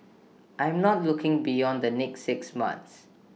I'm not looking beyond the next six months